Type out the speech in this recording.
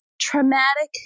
traumatic